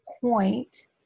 point